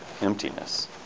emptiness